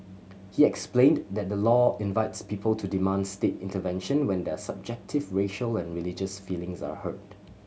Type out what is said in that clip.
he explained that the law invites people to demand state intervention when their subjective racial and religious feelings are hurt